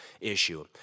issue